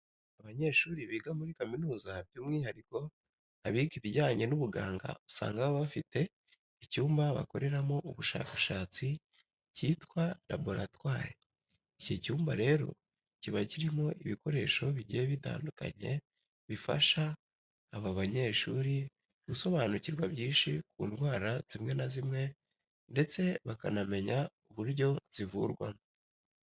Abanyeshuri biga muri kaminuza by'umwihariko abiga ibijyanye n'ubuganga usanga baba bafite icyumba bakoreramo ubushakashatsi cyitwa laboratwari. Iki cyumba rero kiba kirimo ibikoresho bigiye bitandukanye bifasha aba banyeshuri gusobanukirwa byinshi ku ndwara zimwe na zimwe ndetse bakanamenya uburyo zivurwamo